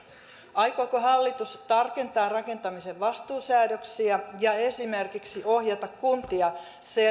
aikooko hallitus tarkentaa rakentamisen vastuusäädöksiä ja esimerkiksi ohjata kuntia